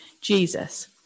Jesus